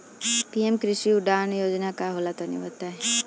PM Krishi Udan Yojana का होला तनि बताई?